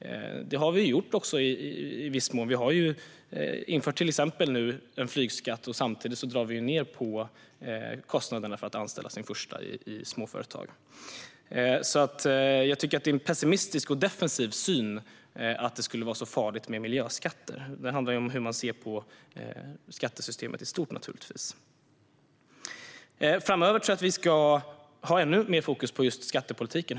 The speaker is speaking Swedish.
Det har vi också gjort i viss mån. Vi har ju till exempel nu infört en flygskatt, och samtidigt drar vi ned på småföretagens kostnader för att anställa den första medarbetaren. Jag tycker alltså att det är en pessimistisk och defensiv syn att det skulle vara så farligt med miljöskatter. Det handlar naturligtvis om hur man ser på skattesystemet i stort. Framöver tror jag att vi ska ha ännu mer fokus på just skattepolitiken.